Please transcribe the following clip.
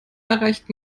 erreicht